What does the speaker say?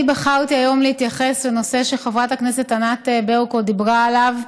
אני בחרתי היום להתייחס לנושא שחברת הכנסת ענת ברקו דיברה עליו,